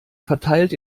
verteilt